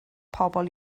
pobl